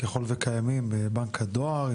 ככול וקיימים, בנק הדואר?